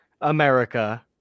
America